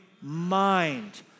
mind